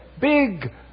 big